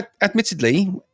admittedly